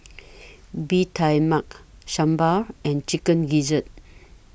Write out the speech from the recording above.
Bee Tai Mak Sambal and Chicken Gizzard